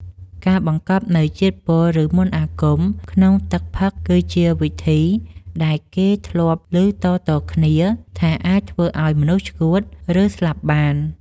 ការបង្កប់នូវជាតិពុលឬមន្តអាគមក្នុងទឹកផឹកគឺជាវិធីដែលគេធ្លាប់ឮតៗគ្នាថាអាចធ្វើឱ្យមនុស្សឆ្កួត ឬស្លាប់បាន។